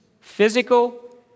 physical